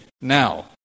now